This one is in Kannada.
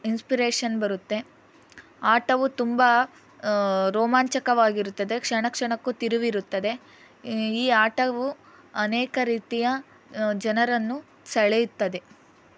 ಇನ್ಸ್ಪಿರೇಷನ್ ಬರುತ್ತೆ ಆಟವು ತುಂಬ ರೋಮಾಂಚಕವಾಗಿರುತ್ತದೆ ಕ್ಷಣ ಕ್ಷಣಕ್ಕೂ ತಿರುವಿರುತ್ತದೆ ಈ ಆಟವು ಅನೇಕ ರೀತಿಯ ಜನರನ್ನು ಸೆಳೆಯುತ್ತದೆ